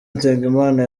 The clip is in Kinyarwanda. nsengimana